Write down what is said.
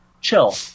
chill